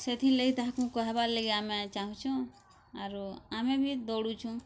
ସେଥିର୍ ଲାଗି ତାହାକୁ କହାବାର୍ ଲାଗି ଆମେ ଚାହୁଁଚୁ ଆରୁ ଆମେ ବି ଦୌଡୁଚୁ